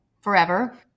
forever